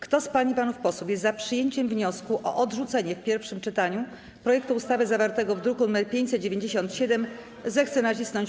Kto z pań i panów posłów jest za przyjęciem wniosku o odrzucenie w pierwszym czytaniu projektu ustawy zawartego w druku nr 597, zechce nacisnąć